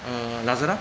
uh lazada